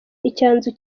icyanzu